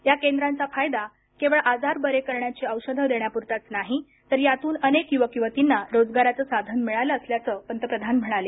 या केंद्रांचा फायदा केवळ आजार बरे करण्याची औषधं देण्यापुरताच नाही तर यातून अनेक युवक युवतींना रोजगाराचं साधन मिळालं असल्याचं पंतप्रधान म्हणाले